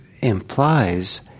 implies